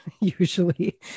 usually